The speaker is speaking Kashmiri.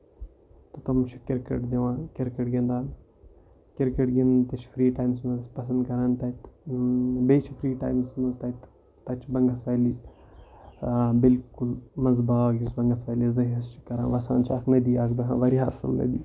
تہٕ تِم چھِ کِرکٹ دِوان کِرکٹ گندان کِرکَٹ گندُن تہِ چھُ فری ٹایمَس منٛز پسند کران تتہِ بیٚیہِ چھُ فری ٹایمَس منٛز تَتہِ تتہِ چھُ بنگس ویلی بِالکُل منٛزٕ باگ یُس بنگس ویلی یس زٕ حِصہٕ چھُ کران وَسان چھِ اکھ نٔدی اکھ بہان واریاہ اَصٕل